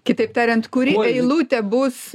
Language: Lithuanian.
kitaip tariant kuri eilutė bus